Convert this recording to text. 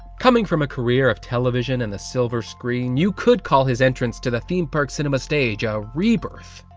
coming from a career of television and the silver screen you could call his entrance to the theme park cinema stage ah a rebirth,